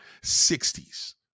60s